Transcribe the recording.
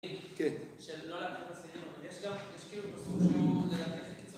כן.